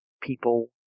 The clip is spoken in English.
people